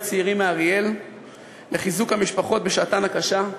צעירים מאריאל לחיזוק המשפחות בשעתן הקשה.